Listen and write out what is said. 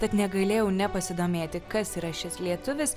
tad negalėjau nepasidomėti kas yra šis lietuvis